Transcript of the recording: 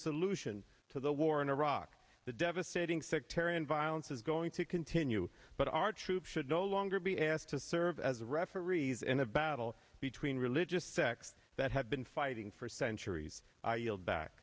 solution to the war in iraq the devastating sectarian violence is going to continue but our troops should no longer be asked to serve as referees in a battle between religious sects that have been fighting for centuries i yield back